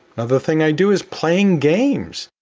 another thing i do is playing games.